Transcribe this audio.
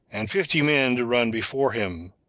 and fifty men to run before him.